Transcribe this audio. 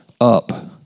up